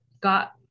got